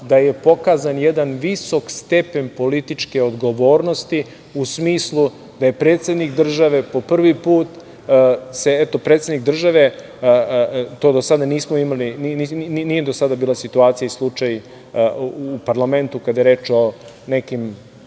da je pokazan jedan visok stepen političke odgovornosti u smislu da je predsednik države, eto po prvi put se predsednik države, to do sada nismo imali, nije do sada bila situacija i slučaj u parlamentu kada je reč o nekima